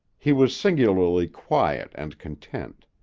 he was singularly quiet and content.